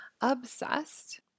obsessed